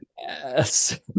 Yes